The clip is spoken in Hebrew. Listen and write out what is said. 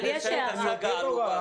להסביר.